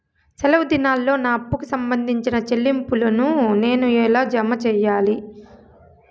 సెలవు దినాల్లో నా అప్పుకి సంబంధించిన చెల్లింపులు నేను ఎలా జామ సెయ్యాలి?